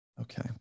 Okay